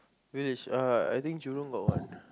village (uh)I think Jurong got one